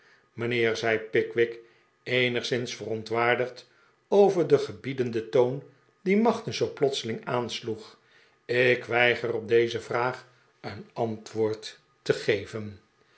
mijnheer zei pickwick eenigszins verontwaardigd over den gebiedenden toon dien magnus zoo plotseling aansloeg ik weiger op deze vraag een antwoord te geven